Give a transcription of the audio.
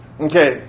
Okay